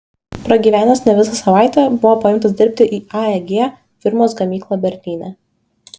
pragyvenęs ne visą savaitę buvo paimtas dirbti į aeg firmos gamyklą berlyne